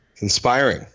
Inspiring